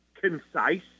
concise